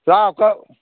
राव कर